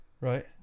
right